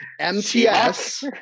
MTS